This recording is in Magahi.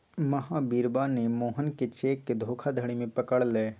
महावीरवा ने मोहन के चेक के धोखाधड़ी में पकड़ लय